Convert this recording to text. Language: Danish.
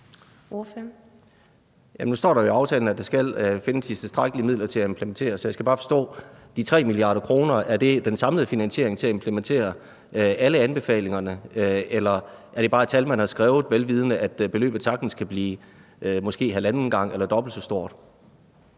Nu står der jo i aftalen, at der skal findes de tilstrækkelige midler til at implementere det, så jeg skal bare forstå, om de 3 mia. kr. er den samlede finansiering til at implementere alle anbefalingerne, eller om det bare er et tal, man har skrevet, vel vidende at beløbet sagtens kan blive måske halvanden gang eller dobbelt så stort?